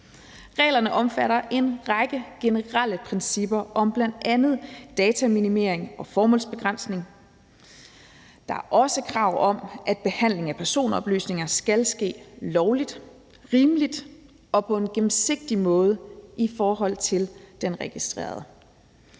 Reglerne omfatter en række generelle principper om bl.a. dataminimering og formålsbegrænsning. Der er også krav om, at behandlingen af personoplysninger skal ske lovligt, rimeligt og på en gennemsigtig måde i forhold til den registrerede.